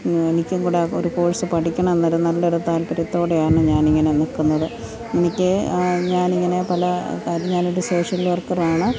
എനിക്കും കൂടെ ഒരു കോഴ്സ് പഠിക്കണം എന്നൊരു നല്ലൊരു താത്പര്യത്തോടെയാണ് ഞാൻ ഇങ്ങനെ നിൽക്കുന്നത് എനിക്ക് ഞാൻ ഇങ്ങനെ പല ഞാനൊരു സോഷ്യൽ വർക്കർ ആണ്